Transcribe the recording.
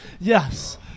Yes